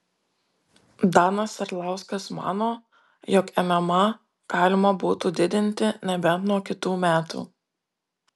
danas arlauskas mano jog mma galima būtų didinti nebent nuo kitų metų